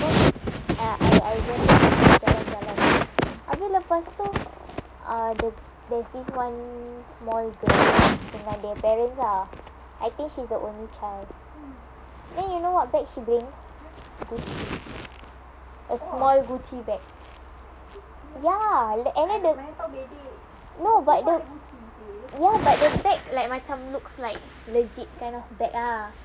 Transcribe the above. apa ah I I went out to jalan-jalan abeh lepas tu ah the there's this one small girl dengan the parents ah I think she's the only child then you know what bag she bring Gucci a small Gucci bag ya and then the no but the ya the bag like macam look legit kind of bag ah